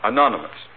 Anonymous